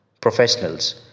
Professionals